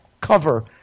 cover